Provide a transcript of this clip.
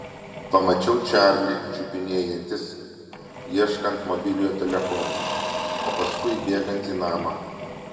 pamačiau čarlį čiupinėjantis ieškant mobiliojo telefono o paskui įbėgant į namą